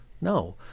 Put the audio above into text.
No